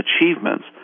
achievements